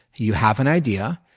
you have an idea,